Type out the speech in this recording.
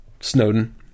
Snowden